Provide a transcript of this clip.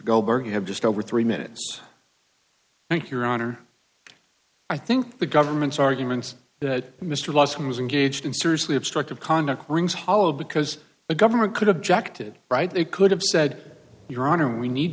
gober have just over three minutes thank your honor i think the government's arguments that mr lawson was engaged in seriously obstructive conduct rings hollow because the government could objected right they could have said your honor we need